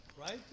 right